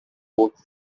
vote